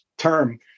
Term